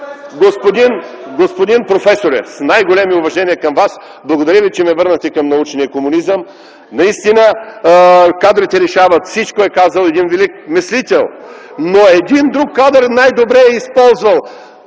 Господин професоре, с най-големи уважения към Вас. Благодаря Ви, че ме върнахте към научния комунизъм. Наистина „Кадрите решават всичко” е казал един велик мислител, но един друг кадър най-добре е използвал